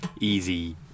easy